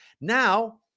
now